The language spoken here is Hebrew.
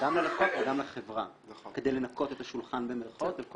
גם ללקוח וגם לחברה כדי "לנקות את השולחן" במרכאות וכל